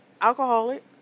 alcoholic